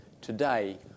today